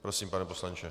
Prosím, pane poslanče.